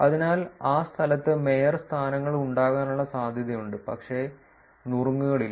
അതിനാൽ ആ സ്ഥലത്ത് മേയർ സ്ഥാനങ്ങൾ ഉണ്ടാകാനുള്ള സാധ്യതയുണ്ട് പക്ഷേ നുറുങ്ങുകളല്ല